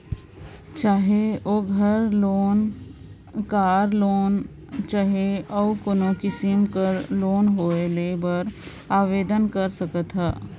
चाहे ओघर loan, car loan चहे अउ कोनो किसिम कर लोन होए लेय बर आबेदन कर सकत ह